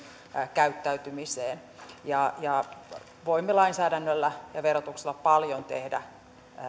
käyttäytymistä ja vaikuttamaan siihen voimme lainsäädännöllä ja verotuksella paljon tehdä